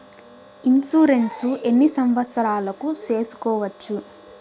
Insurance ఎన్ని సంవత్సరాలకు సేసుకోవచ్చు?